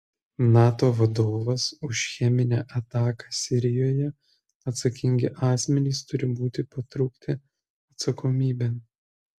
nato vadovas už cheminę ataką sirijoje atsakingi asmenys turi būti patraukti atsakomybėn